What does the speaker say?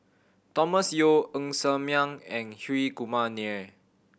Thomas Yeo Ng Ser Miang and Hri Kumar Nair